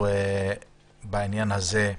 בעניין הזה,